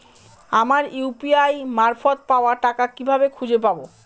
আমার ইউ.পি.আই মারফত পাওয়া টাকা কিভাবে খুঁজে পাব?